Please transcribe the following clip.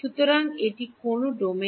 সুতরাং এটি কোন ডোমেইনে